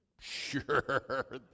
Sure